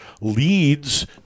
leads